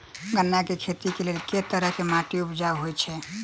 गन्ना केँ खेती केँ लेल केँ तरहक माटि उपजाउ होइ छै?